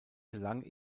gelang